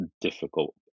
difficult